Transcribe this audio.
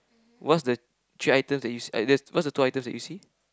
what's the three items that you see I there what's the two items that you see